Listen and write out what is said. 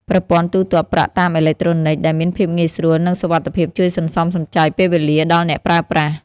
ប្រព័ន្ធទូទាត់ប្រាក់តាមអេឡិចត្រូនិកដែលមានភាពងាយស្រួល និងសុវត្ថិភាពជួយសន្សំសំចៃពេលវេលាដល់អ្នកប្រើប្រាស់។